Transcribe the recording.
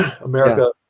America